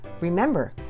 remember